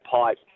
pipe